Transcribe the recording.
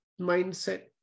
mindset